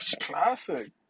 Classic